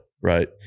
right